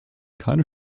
keine